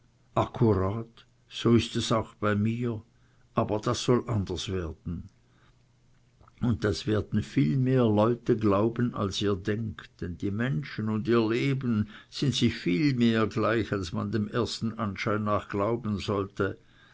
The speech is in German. akkurat so ist es auch bei mir aber es soll anders werden und das werden viel mehr leute glauben als ihr denket denn die menschen und ihr leben sind sich viel mehr gleich als man dem ersten anschein nach glauben sollte